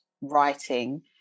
writing